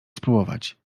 spróbować